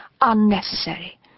unnecessary